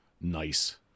nice